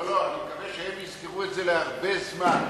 לא, לא, אני מקווה שהם יזכרו את זה הרבה זמן.